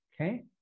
okay